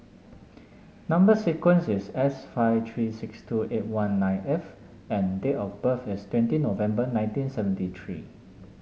number sequence is S five three six two eight one nine F and date of birth is twenty November nineteen seventy three